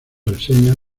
reseñas